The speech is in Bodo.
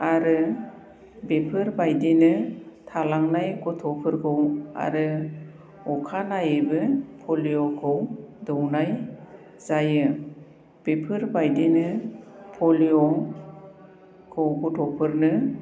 आरो बेफोरबायदिनो थालांनाय गथ'फोरखौ आरो अखा नायैबो पलिय'खौ दौनाय जायो बेफोरबायदिनो पलिय'खौ गथ'फोरनो